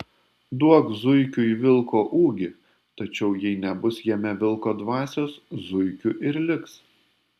duok zuikiui vilko ūgį tačiau jai nebus jame vilko dvasios zuikiu ir liks